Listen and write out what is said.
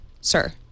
sir